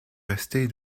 rester